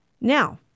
Now